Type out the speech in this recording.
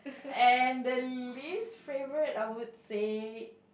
and the least favourite I would say